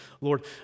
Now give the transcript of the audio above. Lord